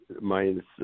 minus